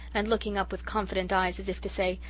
and looking up with confident eyes, as if to say,